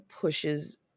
pushes